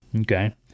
Okay